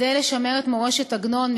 כדי לשמר את מורשת עגנון,